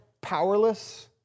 powerless